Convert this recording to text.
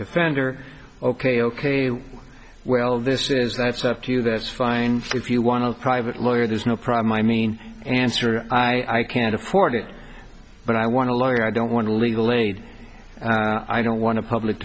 defender ok ok well this is that's up to you that's fine if you want a private lawyer there's no problem i mean answer i can't afford it but i want a lawyer i don't want a legal aid i don't want to public